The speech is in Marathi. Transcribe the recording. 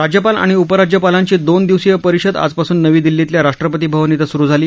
राज्यपाल आणि उपराज्यपालांची दोन दिवसीय परिषद आजपासून नवी दिल्लीतल्या राष्ट्रपती भवन इथं स्रू झाली